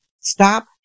stop